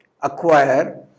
acquire